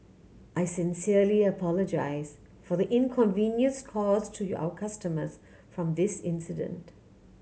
I sincerely apologise for the inconvenience cause to your our customers from this incident